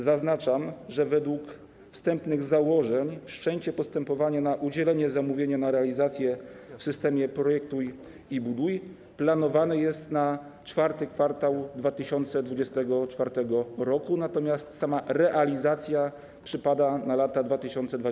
Zaznaczam, że według wstępnych założeń wszczęcie postępowania o udzielenie zamówienia na realizację w systemie „projektuj i buduj” planowane jest na IV kwartał 2024 r., natomiast sama realizacja przypada na lata 2026–2029.